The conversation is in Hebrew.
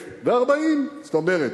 1,040. זאת אומרת,